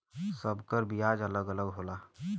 सब कर बियाज अलग अलग होला